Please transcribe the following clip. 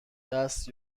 دست